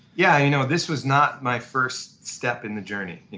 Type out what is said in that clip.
yeah you know this was not my first step in the journey.